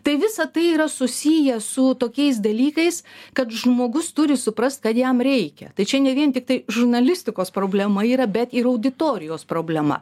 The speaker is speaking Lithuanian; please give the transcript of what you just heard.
tai visa tai yra susiję su tokiais dalykais kad žmogus turi suprast kad jam reikia tačiau ne vien tiktai žurnalistikos problema yra bet ir auditorijos problema